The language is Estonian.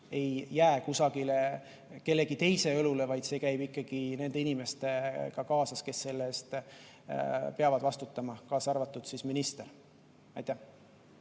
ei jää kusagile kellegi teise õlule, vaid see käib ikkagi nende inimestega kaasas, kes selle eest peavad vastutama, kaasa arvatud minister. Aitäh!